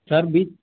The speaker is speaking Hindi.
सर भी